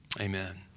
amen